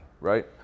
right